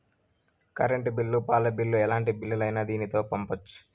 current bill పాల bill ఎలాంటి బిల్లులైనా దీనితోనే పంపొచ్చు